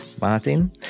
Martin